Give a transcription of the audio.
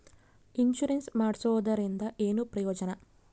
Insurance ಮಾಡ್ಸೋದರಿಂದ ಏನು ಪ್ರಯೋಜನ?